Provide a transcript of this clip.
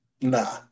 Nah